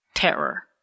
terror